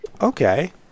Okay